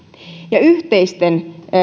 ja yhteisten